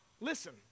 listen